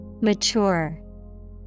Mature